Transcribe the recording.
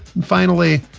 finally,